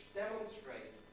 demonstrate